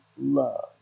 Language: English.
love